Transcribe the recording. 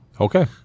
Okay